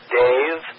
dave